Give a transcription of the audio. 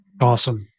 Awesome